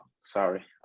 sorry